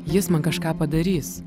jis man kažką padarys